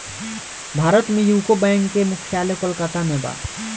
भारत में UCO bank के मुख्यालय कोलकाता में बा